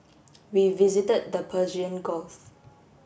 we visited the Persian Gulf